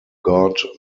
god